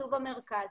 תקצוב המרכז.